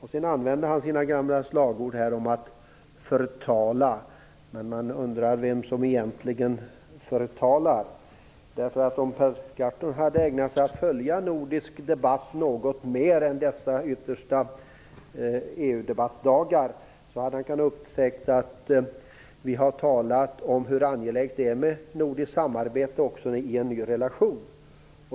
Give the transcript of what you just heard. Han använde sina gamla slagord om att det förtalas. Man undrar vem som egentligen förtalar. Om Per Gahrton hade ägnat sig åt att följa nordisk debatt något mer än under dessa EU-debattdagar, skulle han ha upptäckt att vi har talat om hur angeläget det är med nordiskt samarbete även i en ny relation.